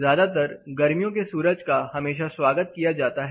ज्यादातर गर्मियों के सूरज का हमेशा स्वागत किया जाता है